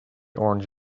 orange